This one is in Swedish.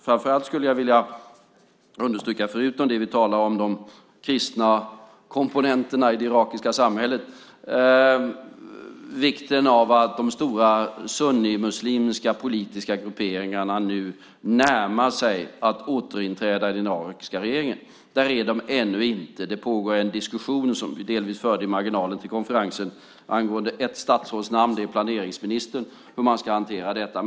Framför allt skulle jag vilja understryka, förutom de kristna komponenterna i det irakiska samhället, vikten av att de stora sunnimuslimska politiska grupperingarna nu närmar sig att återinträda i den irakiska regeringen. Där är de ännu inte. Det pågår en diskussion som delvis var förd i marginalen till konferensen angående ett statsråd, planeringsministern, och hur man ska hantera detta.